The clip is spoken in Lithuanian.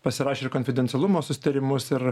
pasirašę ir konfidencialumo susitarimus ir